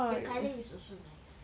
the colour is also nice